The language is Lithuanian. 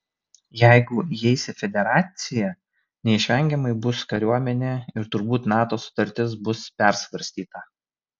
jeigu įeis į federaciją neišvengiamai bus kariuomenė ir turbūt nato sutartis bus persvarstyta